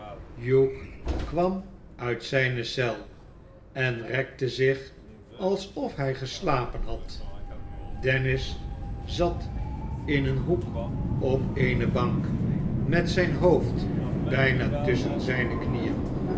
hugh kwam uit zijne eel en rekte zich alsof hij geslapen had dennis zat in een hoek op eene bank met zijn hoofd bijna tusschen zijne knieen